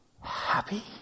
happy